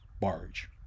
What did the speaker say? barge